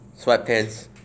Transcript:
sweatpants